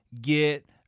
get